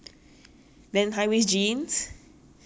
then I pull the sides up so it looks like a V shape